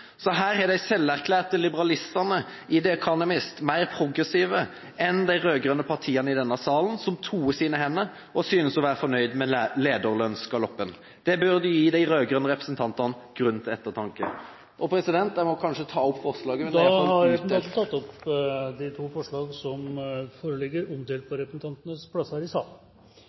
Så her er de selverklærte liberalistene i The Economist mer progressive enn de rød-grønne partiene i denne salen, som toer sine hender og synes å være fornøyd med lederlønnsgaloppen. Det burde gi de rød-grønne representantene grunn til ettertanke. Jeg må kanskje ta opp forslagene. Da har representanten Kjell Ingolf Ropstad på vegne av Kristelig Folkeparti tatt opp de to forslagene som foreligger omdelt på representantenes plasser i salen.